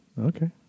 Okay